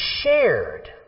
shared